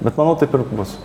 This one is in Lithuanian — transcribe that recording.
bet manau taip ir bus